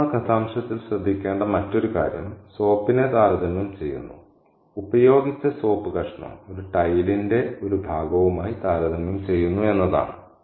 ഇപ്പോൾ ആ കഥാംശത്തിൽശ്രദ്ധിക്കേണ്ട മറ്റൊരു കാര്യം സോപ്പിനെ താരതമ്യം ചെയ്യുന്നു ഉപയോഗിച്ച സോപ്പ് കഷണം ഒരു ടൈലിന്റെ ഒരു ഭാഗവുമായി താരതമ്യം ചെയ്യുന്നു എന്നതാണ്